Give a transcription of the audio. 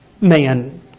man